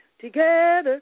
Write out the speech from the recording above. together